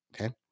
okay